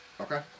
Okay